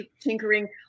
tinkering